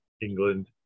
England